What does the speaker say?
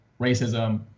racism